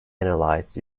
analyzed